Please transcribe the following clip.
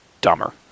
dumber